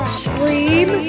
scream